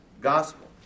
gospel